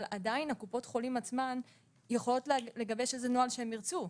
אבל עדיין קופות החולים עצמן יכולות לגבש איזה נוהל שהן ירצו.